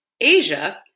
Asia